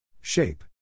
Shape